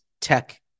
tech